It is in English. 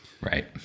Right